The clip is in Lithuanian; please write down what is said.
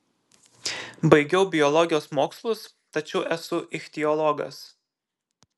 baigiau biologijos mokslus tačiau esu ichtiologas